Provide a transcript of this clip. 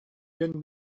дьон